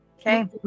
okay